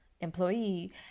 employee